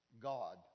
God